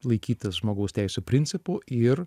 laikytis žmogaus teisių principų ir